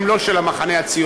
הם לא של המחנה הציוני,